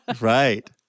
Right